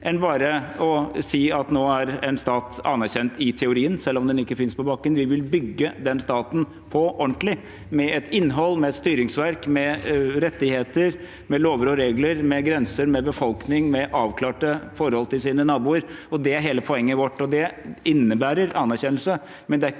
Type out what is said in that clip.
enn bare å si at nå er en stat anerkjent i teorien, selv om den ikke finnes på bakken. Vi vil bygge den staten på ordentlig, med et innhold, med et styringsverk, med rettigheter, med lover og regler, med grenser, med befolkning og med avklarte forhold til sine naboer. Det er hele poenget vårt. Det innebærer anerkjennelse,